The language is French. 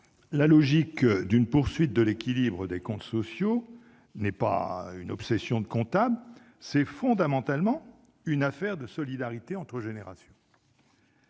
La logique d'une poursuite de l'équilibre des comptes sociaux n'est pas une obsession de comptable : c'est fondamentalement une affaire de solidarité entre générations.